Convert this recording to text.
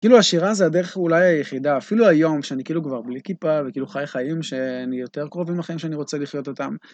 כאילו השירה זה הדרך אולי היחידה, אפילו היום שאני כאילו כבר בלי כיפה, וכאילו חי חיים שאני יותר קרוב לחיים שאני רוצה לחיות אותם.